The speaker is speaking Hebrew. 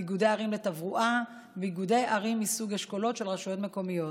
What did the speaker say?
איגודי ערים לתברואה ואיגודי ערים מסוג אשכולות של רשויות מקומיות.